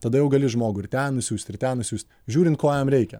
tada jau gali žmogų ir ten nusiųst ir ten nusiųst žiūrint ko jam reikia